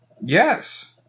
yes